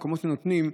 מקומות שנותנים,